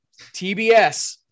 TBS